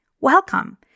welcome